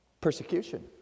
Persecution